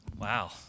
Wow